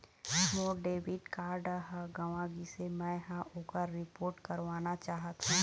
मोर debit card ह गंवा गिसे, मै ह ओकर रिपोर्ट करवाना चाहथों